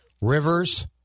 Rivers